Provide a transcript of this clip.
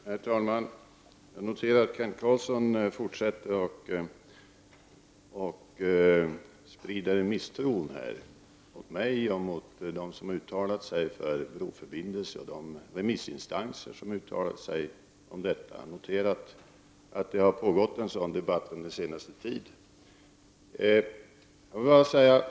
Herr talman! Jag noterar att Kent Carlsson fortsätter att sprida en misstro mot mig och mot dem som har uttalat sig för en broförbindelse och de remissinstanser som har uttalat sig i denna fråga. Jag noterar att det har pågått en sådan debatt under den senaste tiden.